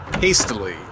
hastily